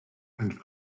and